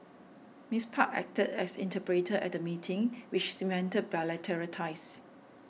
Miss Park acted as interpreter at the meeting which cemented bilateral ties